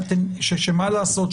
שמה לעשות,